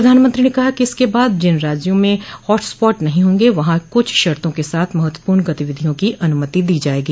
प्रधानमंत्री ने कहा कि इसके बाद जिन राज्यों में हॉट स्पॉट नहीं होंग वहां कुछ शर्तों के साथ महत्वपूर्ण गतिविधियों की अनुमति दी जायेगी